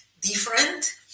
different